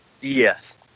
Yes